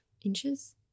inches